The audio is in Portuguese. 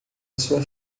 sua